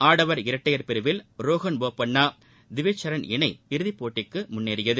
ஆடவர் இரட்டையர் பிரிவில் ரோகன் போபண்ணா டிவிட்ச் சரண் இணை இறதிப்போட்டிக்கு முன்னேறியது